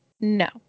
No